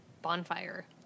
bonfire